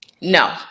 no